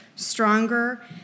stronger